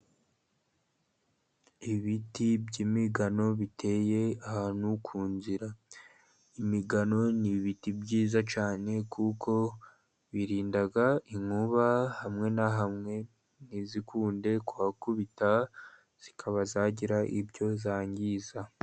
Ibiti by'imigano biteye ahantu kunzira, imigano ni ibiti byiza cyane kuko birinda inkuba hamwe na hamwe ntizikunde kuhakubita zikaba zagira ibyo zangiza.